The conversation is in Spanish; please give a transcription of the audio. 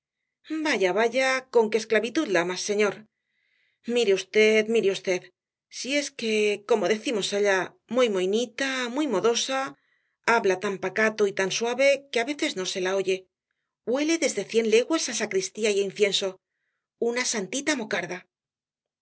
vaya vaya conque esclavitud lamas señor mire v mire v sí es como decimos allá muy moinita muy modosa habla tan pacato y tan suave que á veces no se la oye huele desde cien leguas á sacristía y á incienso una santita mocarda